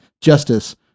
justice